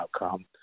outcome